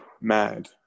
mad